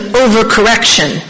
overcorrection